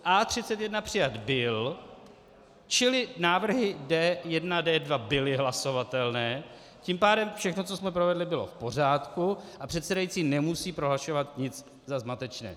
A31 přijat byl, čili návrhy D1 a D2 byly hlasovatelné, tím pádem všechno, co jsme provedli, bylo v pořádku a předsedající nemusí prohlašovat nic za zmatečné.